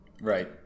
Right